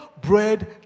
bread